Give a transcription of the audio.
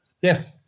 Yes